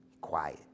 quiet